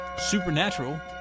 Supernatural